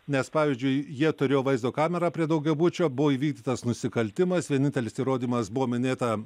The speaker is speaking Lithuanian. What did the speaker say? nes pavyzdžiui jie turėjo vaizdo kamerą prie daugiabučio buvo įvykdytas nusikaltimas vienintelis įrodymas buvo minėta